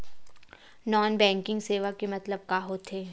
Non banking सेवा के मतलब का होथे?